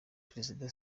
perezida